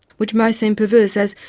which may seem perverse, as,